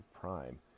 prime